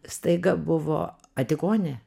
staiga buvo antigonė